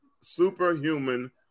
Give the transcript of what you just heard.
superhuman